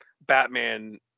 Batman